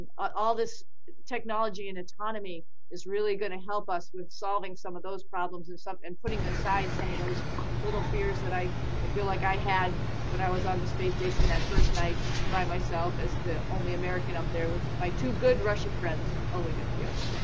all this technology and autonomy is really gonna help us with solving some of those problems and stuff. and putting aside some of those little fears that i i feel like i had when i was on the space station that first night by myself as the only american up there with my two good russian friends oleg and fyodor.